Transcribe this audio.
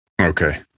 Okay